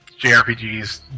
JRPGs